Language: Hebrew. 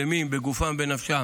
שלמים, בגופם ובנפשם.